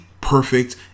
perfect